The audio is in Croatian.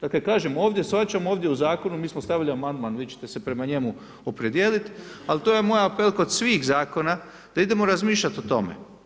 Dakle, kažem ovdje shvaćam ovdje u zakonu, mi smo stavili amandman vi ćete se prema njemu opredijelit, ali to je …/nerazumljivo/… kod svih zakona da idemo razmišljat o tome.